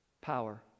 power